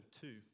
two